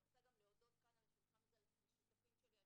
אני רוצה גם להודות כאן על השולחן הזה לשותפים שלי,